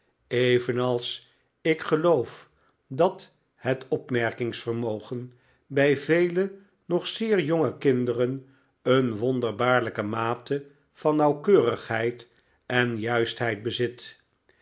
evenals ik geloof dat het opmerkingsvermogen bij vele nog zeer jonge kinderen een wonderbaarlijke mate van nauwkeurigheid en juistheid bezit